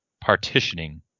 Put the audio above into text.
partitioning